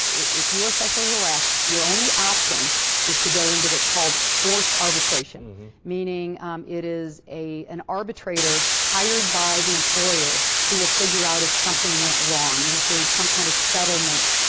if you are sexually harassed, your only option is to go into what's called forced arbitration. meaning it is an arbitrator, hired by the employer, who will figure out if something went wrong. and if there is some kind of settlement,